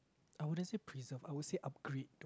I wouldn't say preserve I would say upgrade